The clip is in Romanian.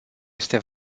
este